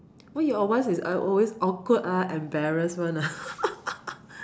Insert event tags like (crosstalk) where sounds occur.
why your ones is uh always awkward ah embarrassed one ah (laughs)